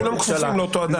וכולם כפופים לאותו אדם.